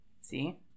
See